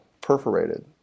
perforated